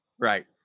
Right